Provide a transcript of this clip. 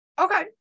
Okay